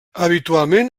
habitualment